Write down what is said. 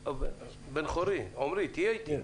בן חורין, עמרי, תהיה איתי.